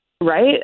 Right